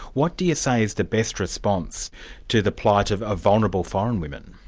what do you say is the best response to the plight of ah vulnerable foreign women?